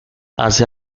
hace